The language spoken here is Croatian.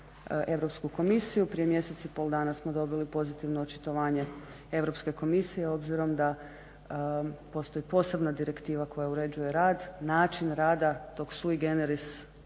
Europsku komisiju prije mjesec i pol dana smo dobili pozitivno očitovanje Europske komisije obzirom da postoji posebna direktiva koja uređuje rad, način rada dok sui generis